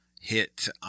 hit